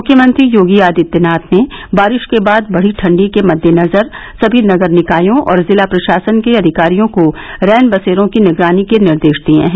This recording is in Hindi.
मुख्यमंत्री योगी आदित्यनाथ ने बारिश के बाद बढ़ी ठंड के मददेनजर समी नगर निकायों और जिला प्रशासन के अधिकारियों को रैनवसेरों की निगरानी के निर्देश दिए हैं